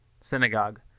synagogue